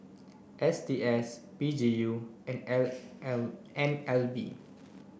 S T S P G U and L L N L B